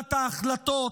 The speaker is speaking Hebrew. קבלת ההחלטות,